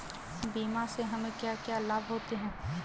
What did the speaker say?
बीमा से हमे क्या क्या लाभ होते हैं?